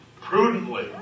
prudently